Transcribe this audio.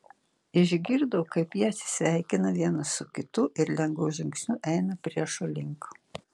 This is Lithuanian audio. išgirdo kaip jie atsisveikina vienas su kitu ir lengvu žingsniu eina priešo link